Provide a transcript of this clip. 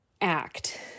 act